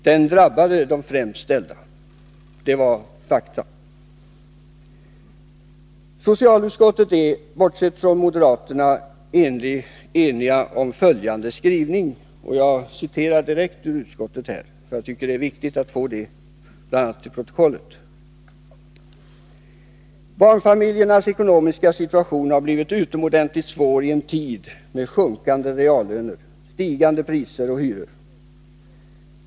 Den drabbade främst de sämst ställda. Socialutskottet är, bortsett från moderaterna, ense om följande skrivning — jag citerar här direkt ur betänkandet, eftersom jag tycker att det är viktigt att få detta till protokollet: ”Barnfamiljernas ekonomiska situation har blivit utomordentligt svår i en tid med sjunkande reallöner, stigande priser och hyror.